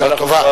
בשעה טובה.